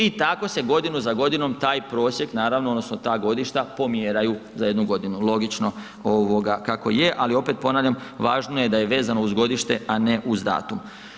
I tako se godinu za godinu taj prosjek naravno odnosno ta godišta pomjeraju za jednu godinu, logično ovoga kako je, ali opet ponavljam važno je da je vezano uz godište, a ne uz datum.